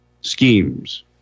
schemes